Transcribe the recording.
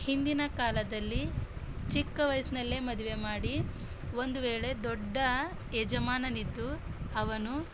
ಹಿಂದಿನ ಕಾಲದಲ್ಲಿ ಚಿಕ್ಕ ವಯಸ್ಸಿನಲ್ಲೇ ಮದುವೆ ಮಾಡಿ ಒಂದು ವೇಳೆ ದೊಡ್ಡ ಯಜಮಾನನಿದ್ದು ಅವನು